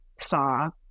saw